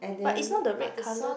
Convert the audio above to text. but it's not the red colour